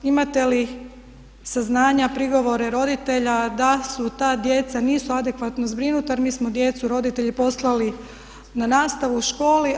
Imate li saznanja, prigovore roditelja da su ta djeca nisu adekvatno zbrinuta jer mi smo djecu, roditelje poslali na nastavu u školi.